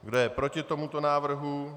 Kdo je proti tomuto návrhu?